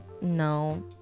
no